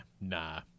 nah